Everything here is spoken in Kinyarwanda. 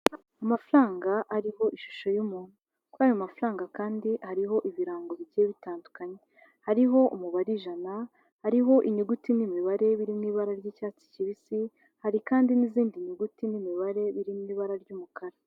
Amafaranga ariho ishusho y'umuntu. Kuri ayo mafaranga kandi ariho ibirango bigiye bitandukanye. Hariho umubare ijana, hariho inyuguti n'imibare birimo ibara ry'icyatsi kibisi, hari kandi n'izindi nyuguti n'imibare biri mu ibara ry'umukara.